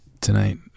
tonight